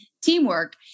teamwork